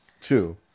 two